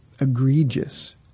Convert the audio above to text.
egregious